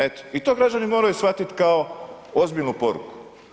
Eto i to građani moraju shvatiti kao ozbiljnu poruku.